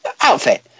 outfit